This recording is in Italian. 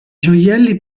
gioielli